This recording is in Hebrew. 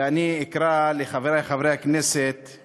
ואני אקרא לחברי חברי הכנסת את